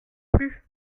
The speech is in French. plus